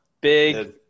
Big